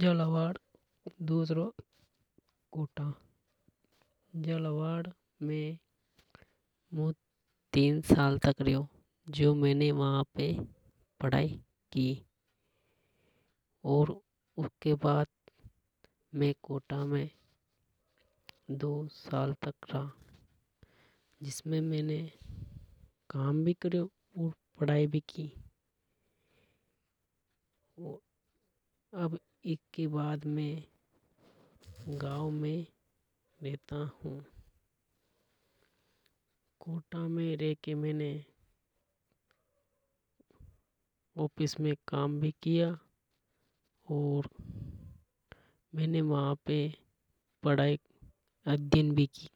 झालावाड़ दूसरों कोटा। झालावाड़ में मु तीन साल तक रियो जो मैने वहां पढाई की और उसके बाद में कोटा में दो साल तक रहा जिसमें मैने काम भी करियों और पढ़ाई भी की और अब एके बाद में गांव में रहता हूं। कोटा में रेके मैने ऑफिस में काम भी किया और पढ़ाई अध्यन भी की।